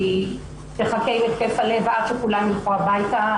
שהיא תחכה עם התקף הלב עד שכולם יילכו הביתה,